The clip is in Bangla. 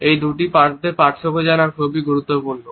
এই দুটির মধ্যে পার্থক্য জানা খুবই গুরুত্বপূর্ণ